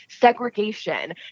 Segregation